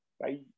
bye